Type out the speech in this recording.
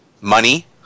money